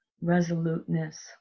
resoluteness